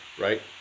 right